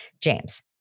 James